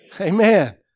amen